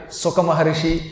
sokamaharishi